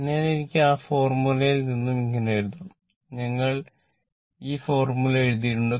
അതിനാൽ എനിക്ക് ആ ഫോർമുലയിൽ നിന്നും ഇങ്ങനെ എഴുതാം ഞങ്ങൾ ഈ ഫോർമുല എഴുതിയിട്ടുണ്ട്